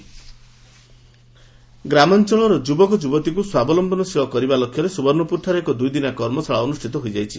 କର୍ମଶାଳା ଗ୍ରାମାଞ୍ଚଳର ଯୁବକ ଯୁବତୀଙ୍କୁ ସ୍ୱାବଲମ୍ୟନଶୀଳ କରିବା ଲକ୍ଷ୍ୟରେ ସୁବର୍ଶ୍ୱପୁରଠାରେ ଏକ ଦୁଇଦିନିଆ କର୍ମଶାଳା ଅନୁଷ୍ଠିତ ହୋଇଯାଇଛି